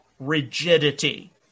rigidity